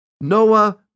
Noah